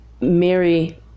Mary